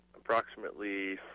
approximately